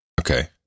Okay